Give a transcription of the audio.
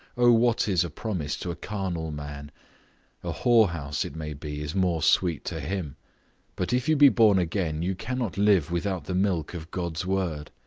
o what is a promise to a carnal man a whorehouse, it may be, is more sweet to him but if you be born again, you cannot live without the milk of god's word.